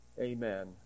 amen